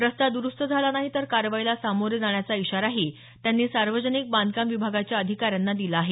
रस्ता द्रुस्त झाला नाही तर कारवाईला सामोरे जाण्याचा इशाराही त्यांनी सार्वजनिक बांधकाम विभागाच्या अधिकाऱ्यांना दिला आहे